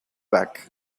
back